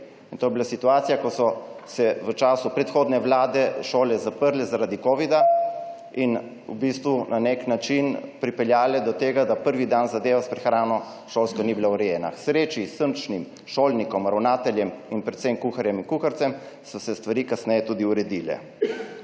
to je bila situacija, ko so se v času predhodne vlade šole zaprle zaradi covida in v bistvu na nek način pripeljale do tega, da prvi dan zadeva s šolsko prehrano ni bila urejena. K sreči so se zaradi srčnih šolnikov, ravnateljev in predvsem kuharjev in kuharic stvari kasneje tudi uredile.